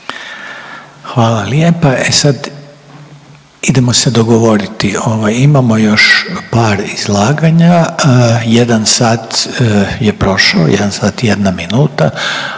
Hvala lijepa. E sada idemo se dogovoriti. Imamo još par izlaganja. Jedan sat je prošao, jedan sat i jedna minuta.